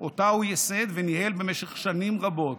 שאותו הוא ייסד וניהל במשך שנים רבות,